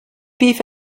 beef